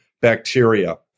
bacteria